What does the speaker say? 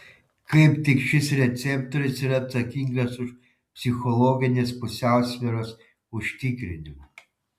kaip tik šis receptorius yra atsakingas už psichologinės pusiausvyros užtikrinimą